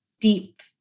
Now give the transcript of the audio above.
deep